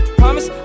promise